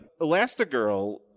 Elastigirl